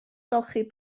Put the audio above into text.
golchi